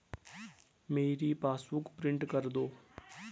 मेरी passbook print कर दो